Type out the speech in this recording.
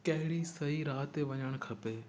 कहिड़ी सही राह ते वञणु खपे